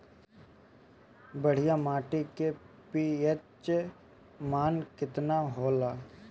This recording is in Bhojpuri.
बढ़िया माटी के पी.एच मान केतना होला?